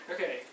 Okay